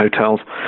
hotels